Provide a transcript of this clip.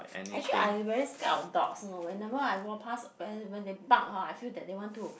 actually I very scared of dogs loh whenever I walk pass when when they bark ah I feel that they want to